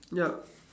yup